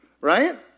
right